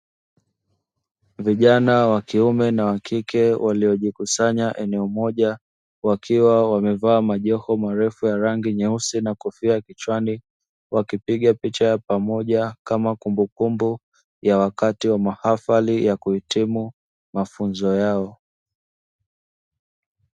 Vijana wa kiume na wa kike, waliojikusanya eneo moja wakiwa wamevaa majoho marefu ya rangi nyeusi na kofia kichwani, wakipiga picha ya pamoja kama kumbukumbu ya wakati wa mahafali ya kuhitimu mafunzo yao.